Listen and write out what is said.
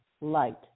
light